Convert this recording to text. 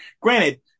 Granted